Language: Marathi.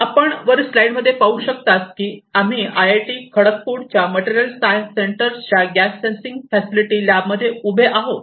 आपण वर स्लाईड मध्ये पाहू शकतात की आम्ही आयआयटी खडगपुरच्या मटेरियल सायन्स सेंटर च्या गॅस सेन्सिंग फॅसिलिटी लॅब मध्ये उभे आहोत